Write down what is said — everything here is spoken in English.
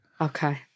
Okay